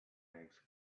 legs